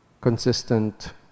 consistent